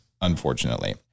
unfortunately